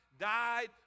died